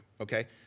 okay